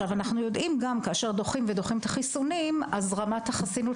אנחנו יודעים שכאשר דוחים ודוחים את החיסונים אז רמת החסינות